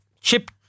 chip